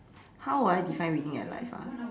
how would I define winning at life ah